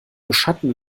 beschatten